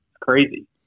Crazy